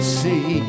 see